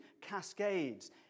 cascades